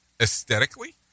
aesthetically